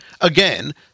again